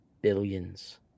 billions